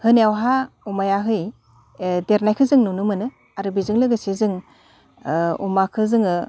होनायावहा अमायाहै देरनायखो जों नुनो मोनो आरो बेजों लोगोसे जों अमाखो जोङो